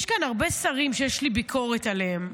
יש כאן הרבה שרים שיש לי ביקורת עליהם.